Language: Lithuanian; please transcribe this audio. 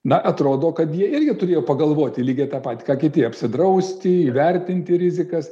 na atrodo kad jie irgi turėjo pagalvoti lygiai tą patį ką kiti apsidrausti įvertinti rizikas